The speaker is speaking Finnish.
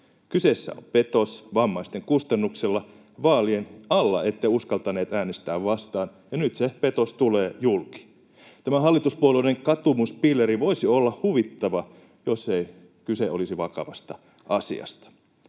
Kyseessä on petos vammaisten kustannuksella. Vaalien alla ette uskaltaneet äänestää vastaan, ja nyt se petos tulee julki. Tämä hallituspuolueiden katumuspilleri voisi olla huvittava, jos ei kyse olisi vakavasta asiasta.